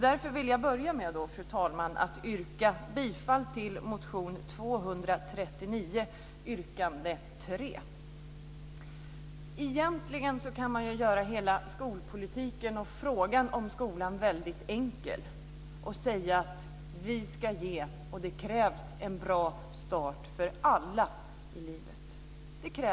Därför, fru talman, yrkar jag bifall till motion 239 Egentligen kan hela skolpolitiken och frågan om skolan göras väldigt enkel genom att vi säger: Vi ska ge, och det krävs, en bra start för alla i livet.